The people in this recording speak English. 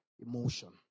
emotion